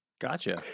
gotcha